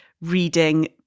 reading